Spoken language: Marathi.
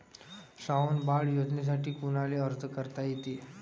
श्रावण बाळ योजनेसाठी कुनाले अर्ज करता येते?